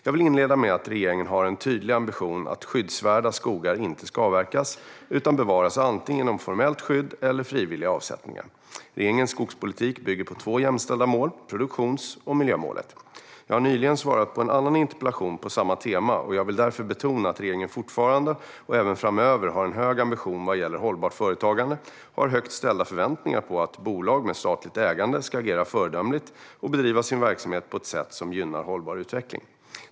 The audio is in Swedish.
Jag vill inleda med att regeringen har en tydlig ambition att skyddsvärda skogar inte ska avverkas utan bevaras antingen genom formellt skydd eller frivilliga avsättningar. Regeringens skogspolitik bygger på två jämställda mål: produktionsmålet och miljömålet. Jag har nyligen svarat på en annan interpellation på samma tema, och jag vill därför betona att regeringen fortfarande och även framöver har en hög ambition vad gäller hållbart företagande och har högt ställda förväntningar på att bolag med statligt ägande ska agera föredömligt och bedriva sin verksamhet på ett sätt som gynnar hållbar utveckling.